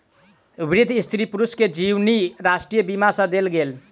वृद्ध स्त्री पुरुष के जीवनी राष्ट्रीय बीमा सँ देल गेल